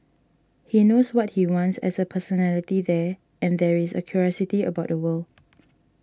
he knows what he wants as a personality there and there is a curiosity about the world